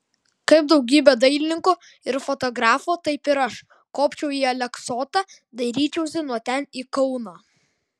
kaip daugybė dailininkų ir fotografų taip ir aš kopčiau į aleksotą dairyčiausi nuo ten į kauną